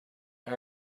are